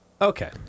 Okay